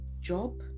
job